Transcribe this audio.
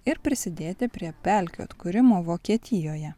ir prisidėti prie pelkių atkūrimo vokietijoje